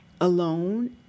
alone